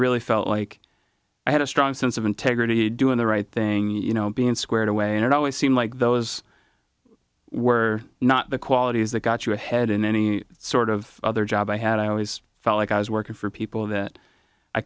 really felt like i had a strong sense of integrity doing the right thing you know being squared away and it always seemed like those were not the qualities that got you ahead in any sort of other job i had i always felt like i was working for people that i